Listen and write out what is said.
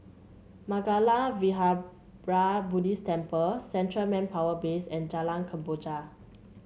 Mangala Vihara Buddhist Temple Central Manpower Base and Jalan Kemboja